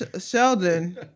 Sheldon